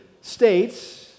states